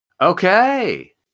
Okay